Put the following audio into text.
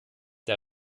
der